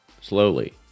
slowly